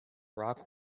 rock